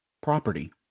property